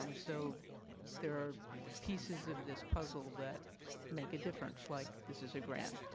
um so there are pieces of this puzzle that make a difference, like this is a grant.